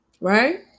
Right